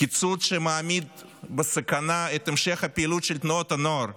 קיצוץ שמעמיד בסכנה את המשך הפעילות של תנועות הנוער.